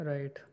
Right